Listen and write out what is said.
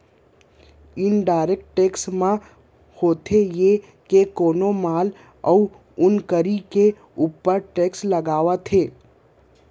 indirect tax म होथे ये के कोनो माल अउ नउकरी के ऊपर टेक्स ह लगथे